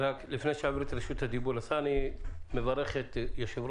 לפני שאני מעביר את רשות הדיבור לשר אני מברך את יושב-ראש